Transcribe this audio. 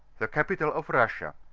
the camtal of russia,